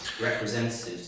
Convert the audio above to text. Representatives